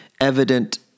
evident